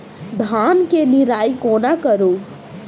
धान केँ निराई कोना करु?